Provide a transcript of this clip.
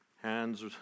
hands